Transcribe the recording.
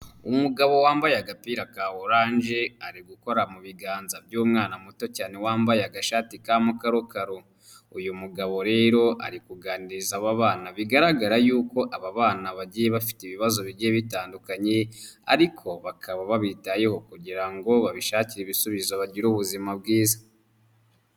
Umugabo wambaye agapira ka oranje ari gukora mu biganza by'umwana muto cyane wambaye agashati ka mukarokaro. Uyu mugabo rero ari kuganiriza aba bigaragara yuko aba bana bagiye bafite ibibazo bigiye bitandukanye, ariko bakaba babitayeho kugira ngo babishakire ibisubizo bagire ubuzima bwiza.